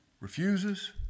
refuses